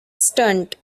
stunt